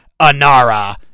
Anara